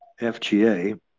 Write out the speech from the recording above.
FGA